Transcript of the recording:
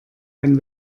ein